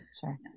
Sure